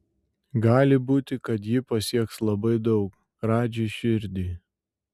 gali būti kad ji pasieks labai daug radži širdį